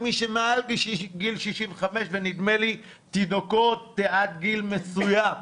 מי שמעל גל 65 ונדמה לי תינוקות עד גיל מסוים.